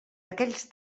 aquells